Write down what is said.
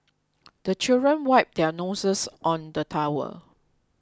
the children wipe their noses on the towel